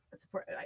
support